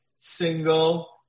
single